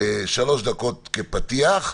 שלוש דקות כפתיח,